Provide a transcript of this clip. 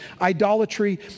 idolatry